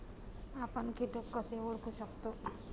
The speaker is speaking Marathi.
आपण कीटक कसे ओळखू शकतो?